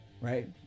Right